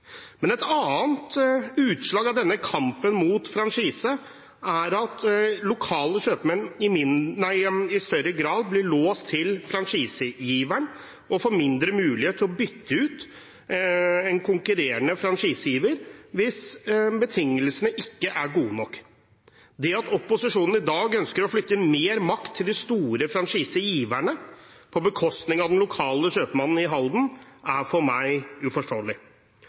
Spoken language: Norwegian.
men det ønsker tydeligvis opposisjonen å ødelegge i dag. Et annet utslag av denne kampen mot franchise er at lokale kjøpmenn i større grad blir låst til franchisegiveren og får mindre mulighet til å bytte ut en konkurrerende franchisegiver hvis betingelsene ikke er gode nok. Det at opposisjonen i dag ønsker å flytte mer makt til de store franchisegiverne på bekostning av den lokale kjøpmannen i Halden, er for meg uforståelig.